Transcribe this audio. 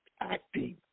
acting